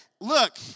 look